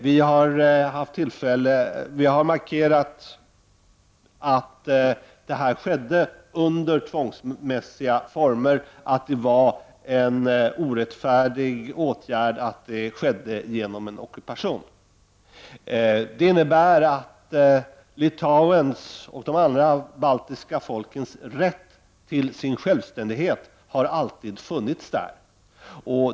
Vi har markerat att detta skedde under tvångsmässiga former, att det var en orättfärdig åtgärd och att det skedde genom en ockupation. Det innebär att litauernas och de andra baltiska folkens rätt till sin självständighet alltid har funnits.